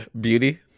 beauty